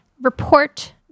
report